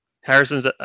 Harrison's